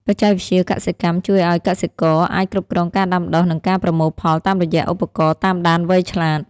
បច្ចេកវិទ្យាកសិកម្មជួយឱ្យកសិករអាចគ្រប់គ្រងការដាំដុះ និងការប្រមូលផលតាមរយៈឧបករណ៍តាមដានវៃឆ្លាត។